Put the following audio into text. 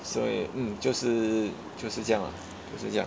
所以 mm 就是就是这样 lah 就是这样